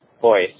voice